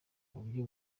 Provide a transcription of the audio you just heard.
uburyo